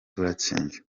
turatsinze